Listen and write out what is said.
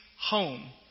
Home